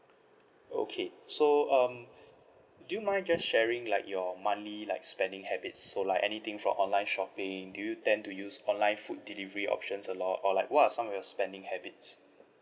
okay so um do you mind just sharing like your monthly like spending habits so like anything from online shopping do you tend to use online food delivery options a lot or like what are some of your spending habits